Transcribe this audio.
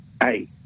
hey